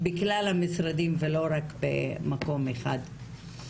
בגלל המשרדים, ולא רק מקום אחד.